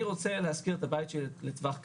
אני רוצה להשכיר את הבית שלי לטווח קצר.